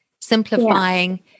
simplifying